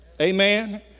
amen